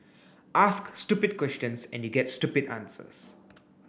ask stupid questions and you get stupid answers